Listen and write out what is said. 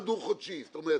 דוגמה, שתבין.